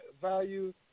value